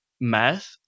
math